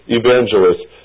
evangelists